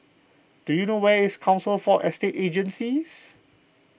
do you know where is Council for Estate Agencies